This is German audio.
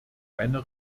einer